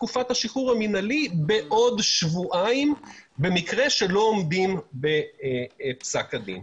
תקופת השחרור המינהלי בעוד שבועיים במקרה שלא עומדים בפסק הדין.